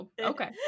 Okay